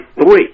three